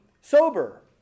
sober